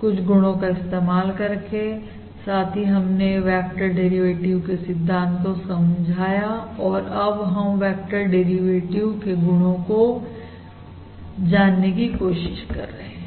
कुछ गुणों का इस्तेमाल करके साथ ही हमने वेक्टर डेरिवेटिव के सिद्धांत को समझाया और अब हम वेक्टर डेरिवेटिव के गुणों को जानने की कोशिश कर रहे हैं